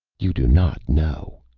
you do not know,